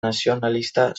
nazionalista